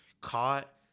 caught